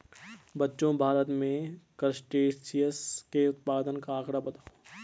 बच्चों भारत में क्रस्टेशियंस के उत्पादन का आंकड़ा बताओ?